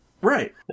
Right